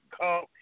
call